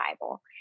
Bible